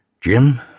Jim